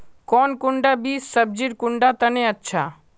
कौन कुंडा बीस सब्जिर कुंडा तने अच्छा?